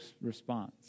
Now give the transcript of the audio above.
response